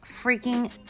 freaking